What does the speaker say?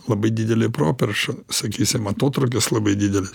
labai didelė properša sakysim atotrūkis labai dideli